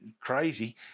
crazy